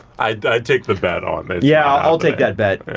i'd i'd take the bet on this. yeah, i'll take that bet.